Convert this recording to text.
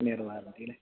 one year warranty അല്ലെ